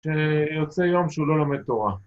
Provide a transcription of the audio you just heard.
‫שיוצא יום שהוא לא לומד תורה.